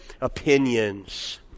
opinions